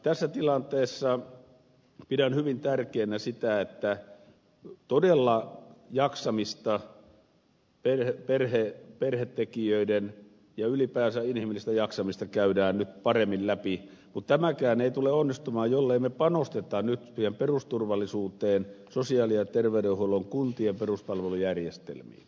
tässä tilanteessa pidän hyvin tärkeänä sitä että todella jaksamista perhetekijöiden osalta ja ylipäänsä inhimillistä jaksamista käydään nyt paremmin läpi mutta tämäkään ei tule onnistumaan jollei panosteta nyt perusturvallisuuteen sosiaali ja terveydenhuollon kuntien peruspalvelujärjestelmiin